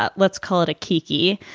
ah let's call it a qiqi.